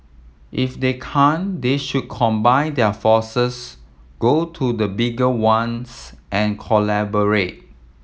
if they can't they should combine their forces go to the bigger ones and collaborate